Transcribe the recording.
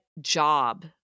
job